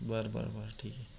बरं बरं बरं ठीक आहे